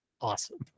awesome